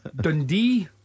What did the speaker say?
Dundee